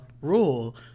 rule